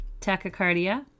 tachycardia